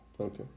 Okay